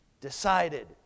decided